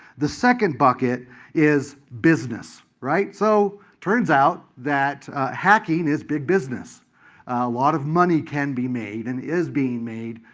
the second bucket is business. it so turns out that hacking is big business. a lot of money can be made, and is being made,